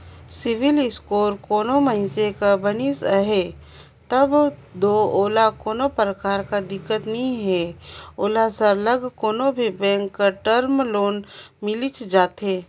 CIBIL score कोनो मइनसे कर बनिस अहे तब दो ओला कोनो परकार कर दिक्कत नी हे ओला सरलग कोनो भी बेंक कर टर्म लोन मिलिच जाथे